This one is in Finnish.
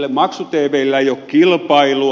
maksu tvllä ei ole kilpailua